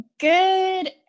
Good